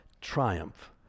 triumph